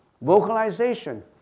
Vocalization